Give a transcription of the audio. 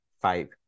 five